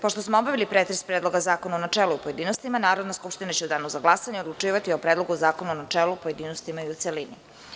Pošto smo obavili pretres Predloga zakona u načelu i u pojedinostima, Narodna skupština će u danu za glasanje odlučivati o Predlogu zakona u načelu, u pojedinostima i u celini.